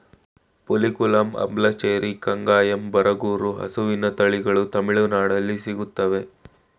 ಪುಲಿಕುಲಂ, ಅಂಬ್ಲಚೇರಿ, ಕಂಗಾಯಂ, ಬರಗೂರು ಹಸುವಿನ ತಳಿಗಳು ತಮಿಳುನಾಡಲ್ಲಿ ಸಿಗುತ್ತವೆ